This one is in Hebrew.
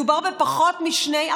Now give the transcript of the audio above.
מדובר בפחות מ-2%.